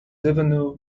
devenu